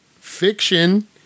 Fiction